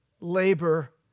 labor